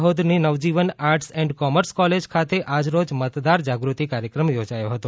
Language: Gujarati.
દાહોદની Navjivan arts and commerce college ખાતે આજ રોજ મતદાર જાગૃતિ કાર્યક્રમ યોજાયો હતો